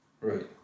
Right